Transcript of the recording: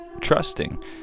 trusting